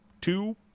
two